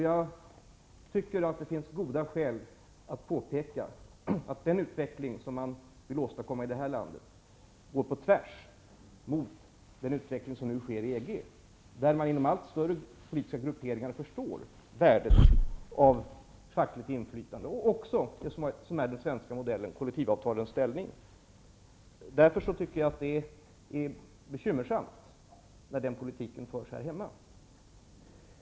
Jag tycker det finns goda skäl att påpeka att den utveckling som man vill åstadkomma i Sverige går på tvärs mot den utveckling som nu sker i EG, där man inom allt större politiska grupperingar förstår värdet av fackligt inflytande och även värdet av det som är den svenska modellen, nämligen kollektivavtalens ställning. Därför tycker jag det är bekymmersamt när man här hemma för en politik som den jag har omnämnt.